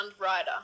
rider